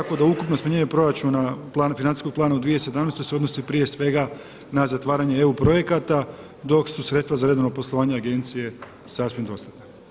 Tako da ukupno smanjenje proračuna, financijskog plana u 2017. godini se odnosi prije svega na zatvaranje EU projekata dok su sredstva za redovno poslovanje agencije sasvim dostatna.